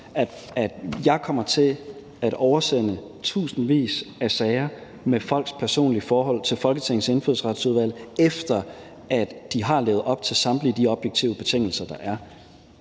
at jeg kommer til at oversende tusindvis af sager med folks personlige forhold til Folketingets Indfødsretsudvalg, efter de har levet op til samtlige de objektive betingelser, der er.